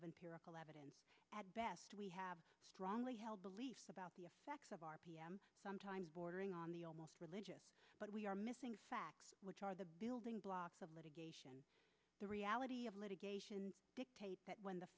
empirical evidence at best we have strongly held beliefs about the effects of r p m sometimes bordering on the almost religious but we are missing facts which are the building blocks of litigation the reality of litigation dictate that when the